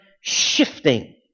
shifting